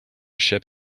ship